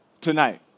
tonight